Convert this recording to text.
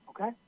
Okay